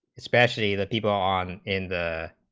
specially the people on in the